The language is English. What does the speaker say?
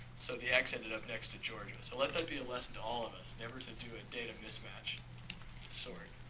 so, this x ended up next to georgia. so, let that be a lesson to all of us. never to do a data mismatch sort.